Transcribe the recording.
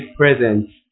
presents